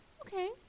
okay